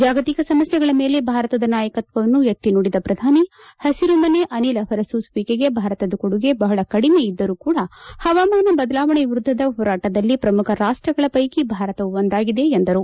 ಜಾಗತಿಕ ಸಮಸ್ಕೆಗಳ ಮೇಲೆ ಭಾರತದ ನಾಯಕತ್ವವನ್ನು ಎತ್ತಿ ನುಡಿದ ಪ್ರಧಾನಿ ಪಸಿರು ಮನೆ ಅನಿಲ ಹೊರಸೂಸುವಿಕೆಗೆ ಭಾರತದ ಕೊಡುಗೆ ಬಪಳ ಕಡಿಮೆ ಇದ್ದರೂ ಕೂಡ ಪವಾಮಾನ ಬದಲಾವಣೆಯ ವಿರುದ್ಧದ ಹೋರಾಟದಲ್ಲಿ ಪ್ರಮುಖ ರಾಷ್ಟಗಳ ಪೈಕಿ ಭಾರತವೂ ಒಂದಾಗಿದೆ ಎಂದರು